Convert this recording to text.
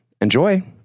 enjoy